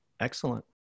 excellent